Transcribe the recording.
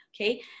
Okay